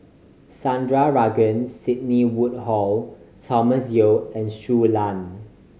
Sandrasegaran Sidney Woodhull Thomas Yeo and Shui Lan